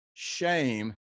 shame